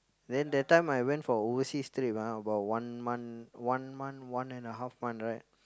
then that time I went for overseas trip ah about one month one month one and a half month right